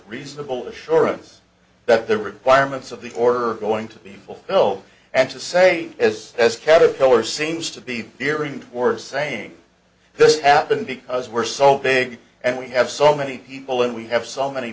reasonable assurance that the requirements of the order going to be fulfilled and to say as as caterpillar seems to be gearing towards saying this happened because we're so big and we have so many people and we have so many